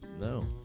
No